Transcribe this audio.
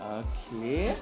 okay